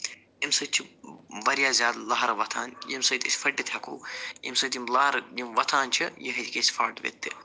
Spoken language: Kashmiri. اَمہِ سۭتۍ چھِ واریاہ زیادٕ لہَرٕ وۄتھان ییٚمہِ سۭتۍ أسۍ فٔٹِتھ ہٮ۪کَو ییٚمہِ سۭتۍ یِم لہَرٕ یِم وۄتھان چھِ یہِ ہیٚکہِ اَسہِ فاٹوِتھ تہِ